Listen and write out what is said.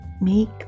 make